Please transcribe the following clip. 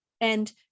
And-